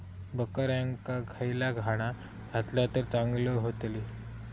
बकऱ्यांका खयला खाणा घातला तर चांगल्यो व्हतील?